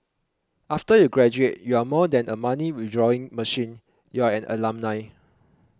after you graduate you are more than a money withdrawing machine you are an alumni